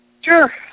Sure